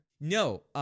No